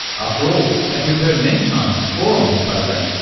after all, as we've heard many times before on this program,